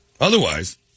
Otherwise